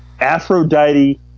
Aphrodite